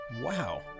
Wow